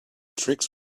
tricks